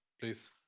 Please